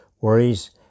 worries